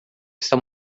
está